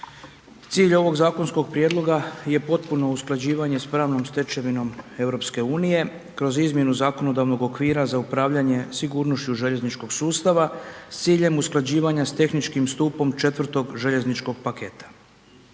Cilj ovog zakonskog prijedloga je potpuno usklađivanje s pravnom stečevinom EU kroz izmjenu zakonodavnog okvira za upravljanje sigurnošću željezničkog sustava s ciljem usklađivanja s tehničkim stupom 4. željezničkog paketa.